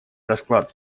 расклад